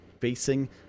facing